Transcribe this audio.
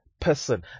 person